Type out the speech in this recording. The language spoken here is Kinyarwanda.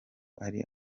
ari